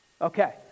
Okay